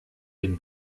den